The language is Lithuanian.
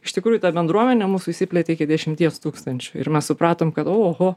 iš tikrųjų ta bendruomenė mūsų išsiplėtė iki dešimties tūkstančių ir mes supratom kad ohoho